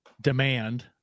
demand